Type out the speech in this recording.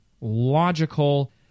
logical